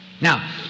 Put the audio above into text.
Now